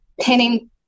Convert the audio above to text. pinning